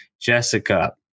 Jessica